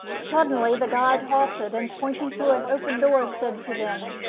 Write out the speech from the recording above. suddenly the guide halted, and, pointing through an open door, said to them,